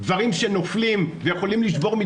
דברים שנופלים ויכולים לשבור,